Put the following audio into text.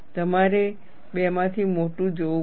તમારે બેમાંથી મોટું જોવું પડશે